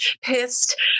pissed